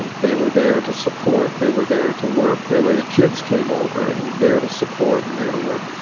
and they were there to support they were there to work. they were the kids came over and there to support and there to work.